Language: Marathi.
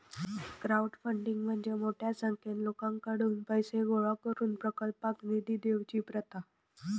क्राउडफंडिंग म्हणजे मोठ्या संख्येन लोकांकडुन पैशे गोळा करून प्रकल्पाक निधी देवची प्रथा